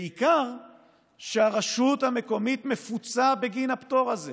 בעיקר כשהרשות המקומית מפוצה בגין הפטור הזה